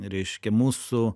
reiškia mūsų